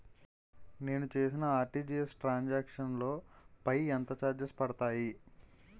నేను చేసిన RTGS transaction లో పై ఎంత చార్జెస్ పడతాయి?